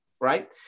right